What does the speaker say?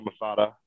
Masada